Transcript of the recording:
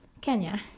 Kenya